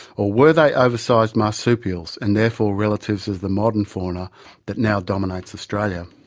or were they oversized marsupials and therefore relatives of the modern fauna that now dominates australia?